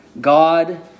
God